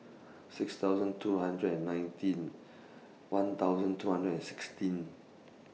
six thousand two hundred and nineteen one thousand two hundred and sixteen